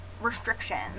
restrictions